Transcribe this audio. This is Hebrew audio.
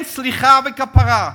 אין סליחה וכפרה,